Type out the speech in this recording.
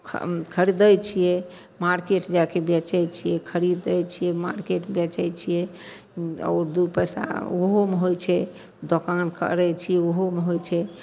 खरिदै छिए मार्केट जाके बेचै छिए खरिदै छिए मार्केट बेचै छिए आओर दुइ पइसा ओहोमे होइ छै दोकान करै छिए ओहोमे होइ छै